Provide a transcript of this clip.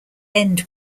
end